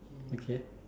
okay